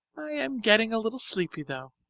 i am getting a little sleepy, though.